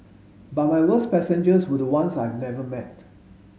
but my worst passengers were the ones I never met